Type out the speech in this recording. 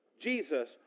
Jesus